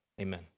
Amen